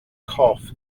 cough